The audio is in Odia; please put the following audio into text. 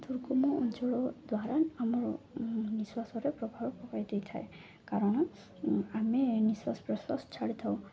ଦୁର୍ଗମ ଅଞ୍ଚଳ ଦ୍ୱାରା ଆମର ନିଶ୍ୱାସରେ ପ୍ରଭାବ ପକାଇ ଦେଇଥାଏ କାରଣ ଆମେ ନିଶ୍ୱାସ ପ୍ରଶ୍ୱାସ ଛାଡ଼ିଥାଉ